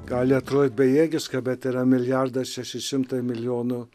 gali atrodyt bejėgiška bet yra milijardas šeši šimtai milijonų